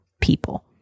people